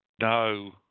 No